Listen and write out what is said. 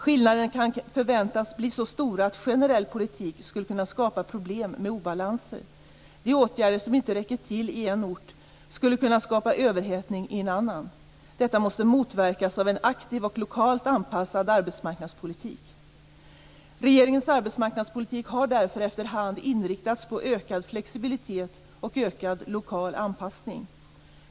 Skillnaderna kan förväntas bli så stora att generell politik skulle kunna skapa problem med obalanser. De åtgärder som inte räcker till i en ort skulle kunna skapa överhettning i en annan. Detta måste motverkas av en aktiv och lokalt anpassad arbetsmarknadspolitik. Regeringens arbetsmarknadspolitik har därför efter hand inriktats på ökad flexibilitet och ökad lokal anpassning.